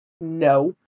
No